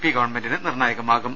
P ഗവൺമെന്റിന് നിർണായകമാകും